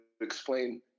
explain